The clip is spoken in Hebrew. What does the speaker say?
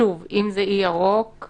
עובדים על זה, אין לי את התשובה המדויקת